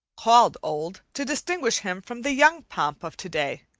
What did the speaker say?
called old to distinguish him from the young pomp of to-day,